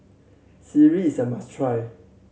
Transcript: sireh is a must try